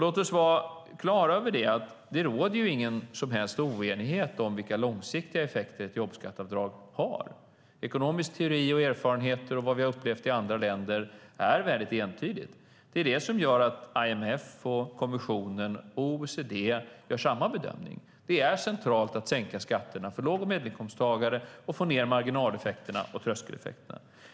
Låt oss vara klara över att det inte råder någon som helst oenighet om vilka långsiktiga effekter ett jobbskatteavdrag har. Ekonomisk teori och erfarenhet, och vad vi har upplevt i andra länder, är väldigt entydigt. Det är det som gör att IMF, kommissionen och OECD gör samma bedömning: Det är centralt att sänka skatterna för låg och medelinkomsttagare och få ned marginaleffekterna och tröskeleffekterna.